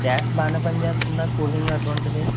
gas బాగానే పనిచేస్తుందా cooling అటు వంటిది